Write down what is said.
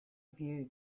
view